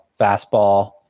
fastball